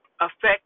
affect